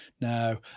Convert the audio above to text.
Now